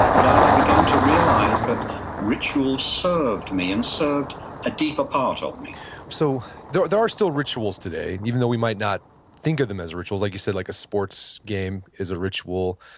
that i began to realize that ritual served me and served a deeper part of me so there there are still rituals today, and even though we might not think them as rituals. like you said, like a sports game is a ritual.